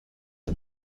the